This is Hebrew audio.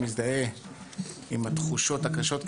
מזדהה עם התחושות הקשות,